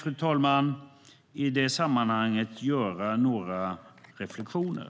Låt mig i det sammanhanget göra några reflexioner.